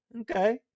okay